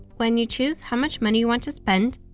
when you choose how much money you want to spend,